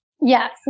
Yes